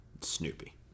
Snoopy